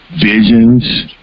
visions